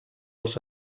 els